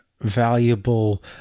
valuable